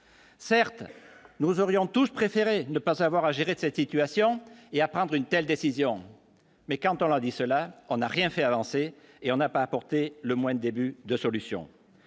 Certes, nous aurions tous je préférais ne pas avoir à gérer cette situation et à prendre une telle décision mais quand on l'a dit cela, on n'a rien fait, a lancé et on n'a pas apporté le moins début de solution